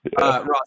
Ross